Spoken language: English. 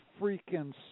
freaking